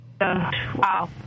wow